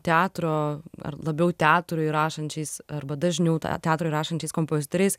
teatro ar labiau teatrui rašančiais arba dažniau ta teatrui rašančiais kompozitoriais